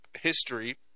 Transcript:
history